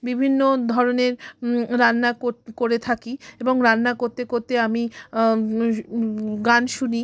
বিভিন্ন ধরনের রান্না কত্ করে থাকি এবং রান্না করতে করতে আমি গান শুনি